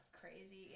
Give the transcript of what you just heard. crazy